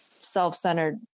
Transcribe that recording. self-centered